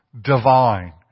divine